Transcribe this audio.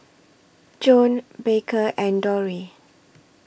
Joann Baker and Dori